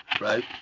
right